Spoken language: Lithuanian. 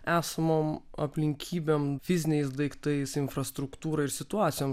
esamom aplinkybėm fiziniais daiktais infrastruktūra ir situacijom